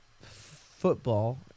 football